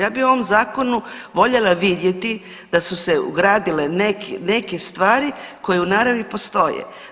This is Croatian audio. Ja bi ovom Zakonu voljela vidjeti da su se ugradile neke stvari koje u naravi postoje.